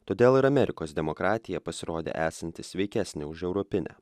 todėl ir amerikos demokratija pasirodė esanti sveikesnė už europinę